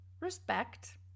respect